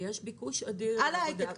יש ביקוש אדיר --- אני מדברת על ההיי-טק,